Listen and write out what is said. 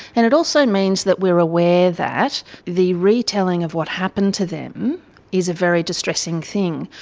and it also means that we are aware that the retelling of what happened to them is a very distressing thing.